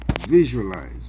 visualize